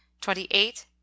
twenty-eight